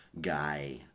guy